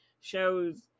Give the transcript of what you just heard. shows